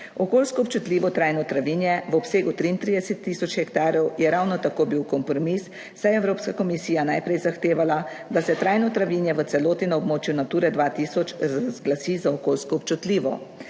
Okoljsko občutljivo trajno travinje v obsegu 33 tisoč hektarjev je ravno tako bil kompromis, saj je Evropska komisija najprej zahtevala, da se trajno travinje v celoti na območju Nature 2000 razglasi za okoljsko občutljivo.